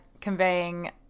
conveying